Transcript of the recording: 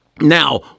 Now